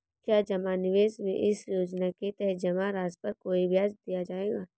क्या जमा निवेश में इस योजना के तहत जमा राशि पर कोई ब्याज दिया जाएगा?